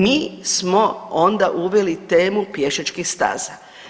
Mi smo onda uveli temu pješačkih staza.